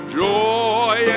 joy